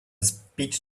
speech